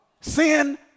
Sin